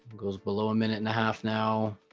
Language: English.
goes below a minute and a half now